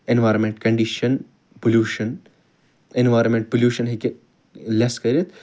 environment condition pollution environment pollution ہیٚکہِ لیٚس کٔرِتھ